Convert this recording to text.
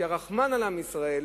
הרחמן על עם ישראל,